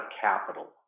capital